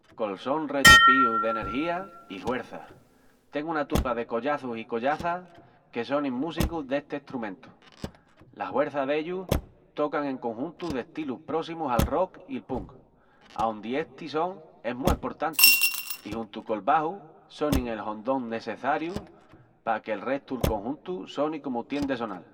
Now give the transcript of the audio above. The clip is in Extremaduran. Col son retupíu de nergía i huerça. Tengu una tupa de collaçus i collaçás que sonin músicus desti estrumentu. La huerça dellus tocan en conjuntus d'estilus próssimus al rock i'l punk, aondi esti son es mu emportanti i juntu col baxu sonin el hondón nesseçariu pa que'l restu'l conjuntu soni comu tien de sonal.